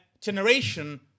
generation